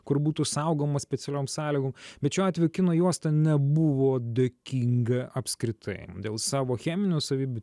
kur būtų saugoma specialiom sąlygom bet šiuo atveju kino juosta nebuvo dėkinga apskritai dėl savo cheminių savybių